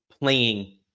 playing